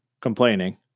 complaining